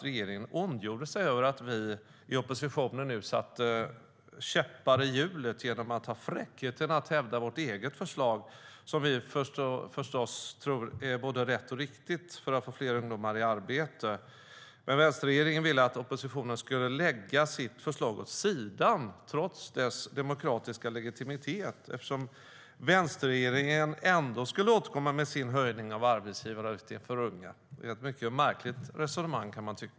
Regeringen ondgjorde sig till och med över att vi i oppositionen satte käppar i hjulet genom att ha fräckheten att hävda vårt eget förslag, som vi förstås tror är både rätt och riktigt för att få fler ungdomar i arbete. Vänsterregeringen ville att oppositionen skulle lägga sitt förslag åt sidan, trots dess demokratiska legitimitet, eftersom vänsterregeringen ändå skulle återkomma med sin höjning av arbetsgivaravgiften för unga. Det är ett mycket märkligt resonemang.